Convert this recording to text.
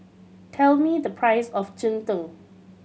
tell me the price of cheng tng